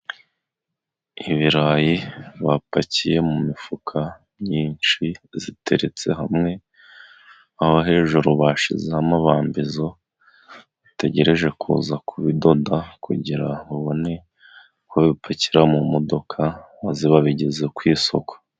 Ibirayi bapakiye mu mifuka myinshi iteretse hamwe aho hejuru bashyizemo amabambizo utegereje kuza ku bidoda kugira ubone ko babipakira mu modoka maze babigeza ku isoko.